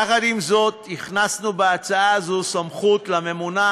יחד עם זאת, הכנסנו בהצעה הזאת סמכות לממונה